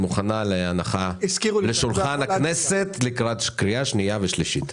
והיא מוכנה לשולחן הכנסת לקראת קריאה שנייה ושלישית.